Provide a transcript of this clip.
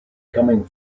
coming